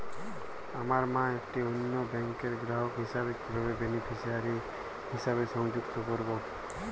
আমার মা একটি অন্য ব্যাংকের গ্রাহক হিসেবে কীভাবে বেনিফিসিয়ারি হিসেবে সংযুক্ত করব?